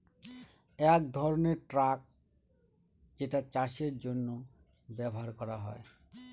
এক ধরনের ট্রাক যেটা চাষের জন্য ব্যবহার করা হয়